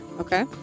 Okay